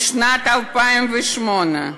משנת 2008,